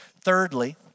Thirdly